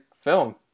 film